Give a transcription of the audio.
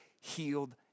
healed